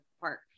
park